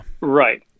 Right